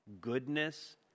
goodness